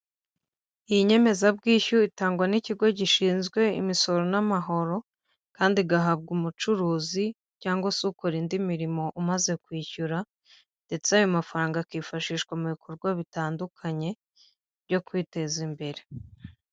Iyi nyemezabwishyu itangwa n'ikigo gishinzwe imisoro n'amahoro kandi igahabwa umucuruzi cyangwa se ukora indi mirimo umaze kwishyura ndetse ayo mafaranga akifashishwa mu bikorwa bitandukanye byo kwiteza imbere.